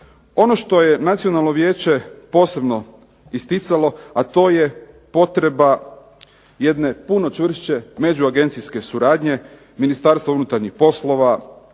Ono što je Nacionalno vijeće posebno isticalo, a to je potreba jedne puno čvršće međuagencijske suradnje Ministarstva unutarnjih poslova,